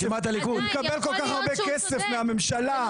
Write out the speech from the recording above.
הוא מקבל כל כך הרבה כסף מהממשלה.